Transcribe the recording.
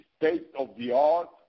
state-of-the-art